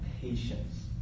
patience